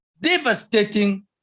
devastating